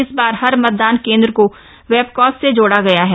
इस बार हर मतदान केंद्र को वेबकास्ट से जोड़ा गया है